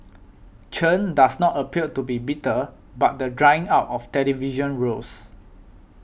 Chen does not appear to be bitter about the drying up of television roles